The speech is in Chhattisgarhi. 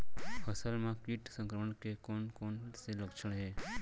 फसल म किट संक्रमण के कोन कोन से लक्षण हे?